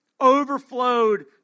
Overflowed